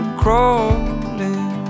crawling